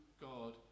God